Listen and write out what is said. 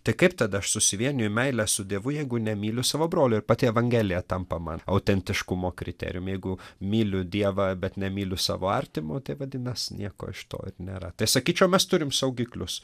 tai kaip tada aš susivieniju meile su dievu jeigu nemyliu savo brolio ir pati evangelija tampa man autentiškumo kriterijumi jeigu myliu dievą bet nemyliu savo artimo tai vadinas nieko iš to ir nėra tai sakyčiau mes turim saugiklius